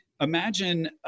imagine